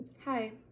Hi